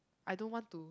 I don't want to